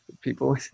People